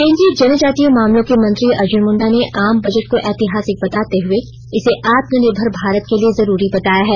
केंद्रीय जनजातीय मामलों के मंत्री अर्जुन मृण्डा ने आम बजट को ऐतिहासिक बताते हुए इसे आत्मनिर्भर भारत के लिए जरूरी बताया है